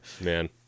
Man